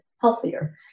healthier